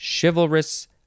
chivalrous